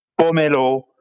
Pomelo